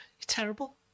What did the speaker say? terrible